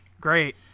Great